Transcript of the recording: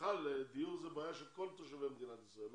בכלל דיור זו בעיה של כל תושבי מדינת ישראל,